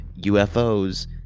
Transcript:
UFOs